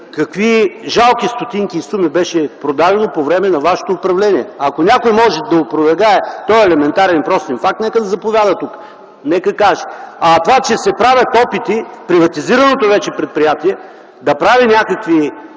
какви жалки стотинки беше продадено по време на вашето управление. Ако някой може да опровергае тоя елементарен, прост факт, нека да заповяда и да каже. Това, че се правят опити приватизираното вече предприятие да произвежда някаква